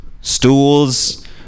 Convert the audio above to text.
stools